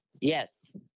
Yes